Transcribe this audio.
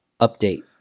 Update